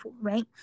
right